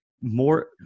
More